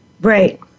Right